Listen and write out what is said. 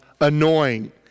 annoying